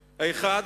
האחד,